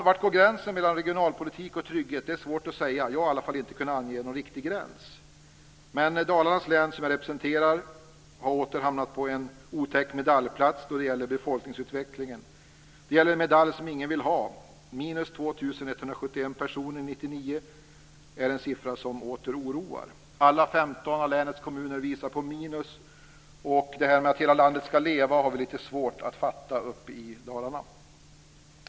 Var går gränsen mellan regionalpolitik och trygghet? Det är svårt att säga. Jag har i varje fall inte kunnat ange någon riktig gräns. Men Dalarnas län, som jag representerar, har åter hamnat på en otäck medaljplats då det gäller befolkningsutvecklingen. Det gäller en medalj som ingen vill ha. Minus 2 171 personer år 1999 är en siffra som åter oroar. Alla 15 av länets kommuner visar på minus. Det här med att hela landet ska leva har vi lite svårt att fatta uppe i Dalarna.